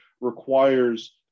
requires